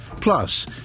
Plus